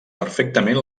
perfectament